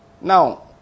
Now